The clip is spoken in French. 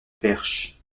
perche